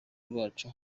rwacu